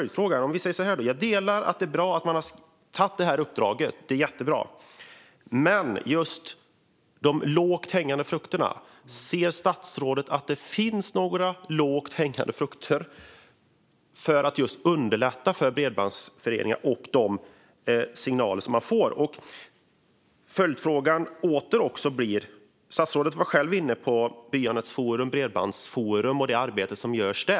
Jag delar att det är bra att man har tagit detta uppdrag. Men ser statsrådet att det finns några lågt hängande frukter för att just underlätta för bredbandsföreningar och de signaler som man får? Jag har ytterligare en följdfråga. Statsrådet var själv inne på Byanätsforum och Bredbandsforum och det arbete som görs där.